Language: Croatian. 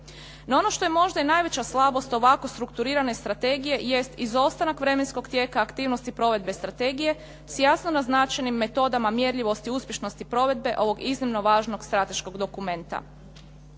No, ono što je možda i najveća slabost ovako strukturirane strategije jest izostanak vremenskog tijeka aktivnosti provedbe strategije s jasno naznačenim metodama mjerljivosti uspješnosti provedbe ovog iznimno važnog strateškog dokumenta.